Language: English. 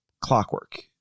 clockwork